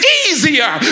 easier